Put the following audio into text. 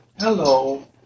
Hello